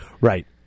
Right